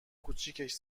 کوچیکش